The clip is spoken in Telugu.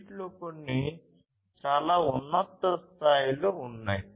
వీటిలో కొన్ని చాలా ఉన్నత స్థాయి లో ఉన్నాయి